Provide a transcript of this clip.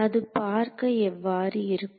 அது பார்க்க எவ்வாறு இருக்கும்